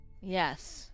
Yes